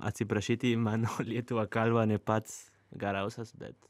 atsiprašyti mano lietuva kalba ne pats geriausias bet